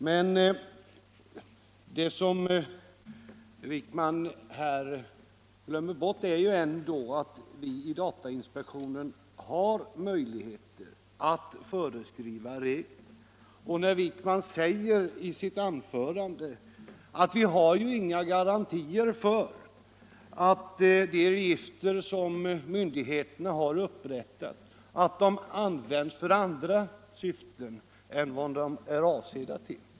Men det som herr Wijkman här glömmer bort är ändå att vi i datainspektionen har möjligheter att föreskriva regler. Herr Wijkman säger i sitt anförande att vi inte har några garantier för att de register som myndigheterna har upprättat används för andra syften än vad de är avsedda för.